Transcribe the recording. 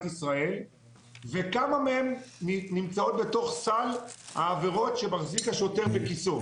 ישראל וכמה מהן נמצאות בתוך סל העבירות שמחזיק השוטר בכיסאו?